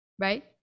right